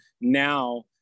now